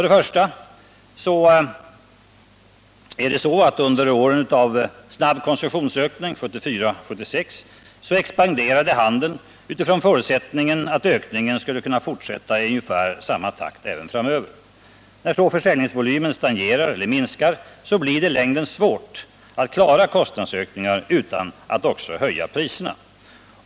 Under den snabba konsumtionsökningen åren 1974-1976 expanderade handeln utifrån förutsättningen att ökningen skulle kunna fortsätta i ungefär samma takt även framöver. När så försäljningsvolymen minskar, blir det i 171 längden svårt att klara kostnadsökningarna utan att höja priserna.